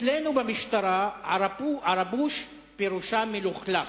אצלנו במשטרה "ערבוש" פירושו מלוכלך.